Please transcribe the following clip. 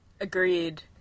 Agreed